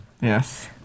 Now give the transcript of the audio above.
Yes